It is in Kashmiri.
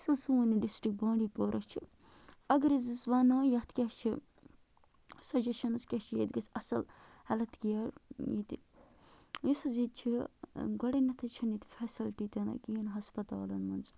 یُس حظ سون یہِ ڈِسٹِک بانٛڈی پورہچھِ اگر حظ أسۍ وَنو یَتھ کیٛاہ چھِ سَجشَنٕز کیٛاہ چھِ ییٚتہِ گژھِ اَصٕل ہٮ۪لٕتھ کِیَر ییٚتہِ یُس حظ ییٚتہِ چھِ گۄڈٕنیٚتھٕے چھِنہٕ ییٚتہِ فٮ۪سَلٹی تہِ نہٕ کِہیٖنۍ ہَسپَتالَن منٛز